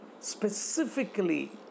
specifically